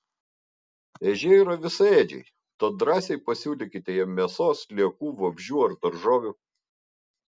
ežiai yra visaėdžiai tad drąsiai pasiūlykite jiems mėsos sliekų vabzdžių ar daržovių